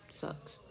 sucks